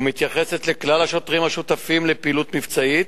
ומתייחסת לכלל השוטרים השותפים לפעילות מבצעית,